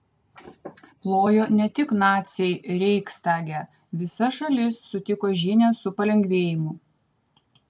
plojo ne tik naciai reichstage visa šalis sutiko žinią su palengvėjimu